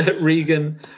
Regan